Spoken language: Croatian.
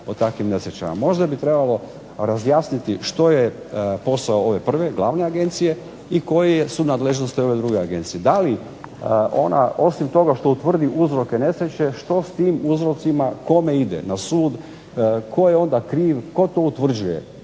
Možda bi trebalo razjasniti što je posao ove prve, glavne agencije, i koje su nadležnosti ove druge agencije. Da li ona osim toga što utvrdi uzroke nesreće, što s tim uzrocima kome ide, na sud, tko je onda kriv, tko to utvrđuje,